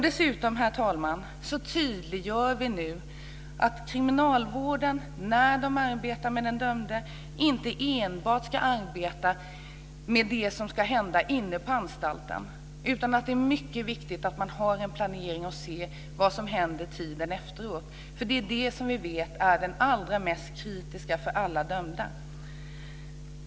Dessutom, herr talman, tydliggör vi nu att kriminalvården, när de arbetar med den dömde, inte enbart ska arbeta med det som ska hända inom anstalten, utan att det är mycket viktigt att ha en planering för att se vad som händer tiden efteråt. Det är det som vi vet är den allra mest kritiska för alla dömda.